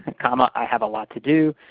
and comma, i have a lot to do.